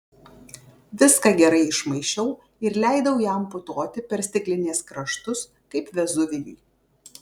viską gerai išmaišiau ir leidau jam putoti per stiklinės kraštus kaip vezuvijui